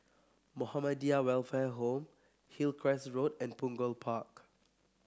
Muhammadiyah Welfare Home Hillcrest Road and Punggol Park